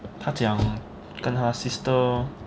他讲跟他 sister lor